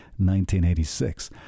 1986